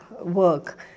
work